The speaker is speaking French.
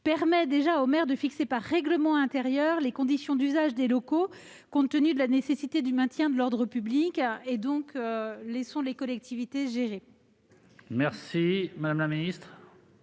permet déjà aux maires de fixer par règlement intérieur les conditions d'usage des locaux compte tenu de la nécessité du maintien de l'ordre public. Laissons donc les collectivités gérer. L'avis de la commission